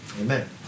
Amen